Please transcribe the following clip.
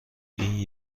این